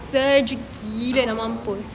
sejuk gila nak mampus